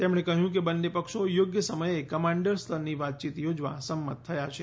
તેમણે કહ્યું કે બંન્ને પક્ષો યોગ્ય સમયે કમાન્ડર સ્તરની વાતચીત યોજવા સંમત થયા છે